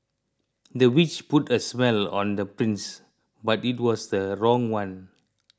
the witch put a spell on the prince but it was the wrong one